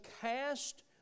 cast